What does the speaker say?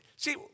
See